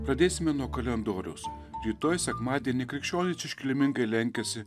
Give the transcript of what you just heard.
pradėsime nuo kalendoriaus rytoj sekmadienį krikščionys iškilmingai lenkiasi